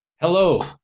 Hello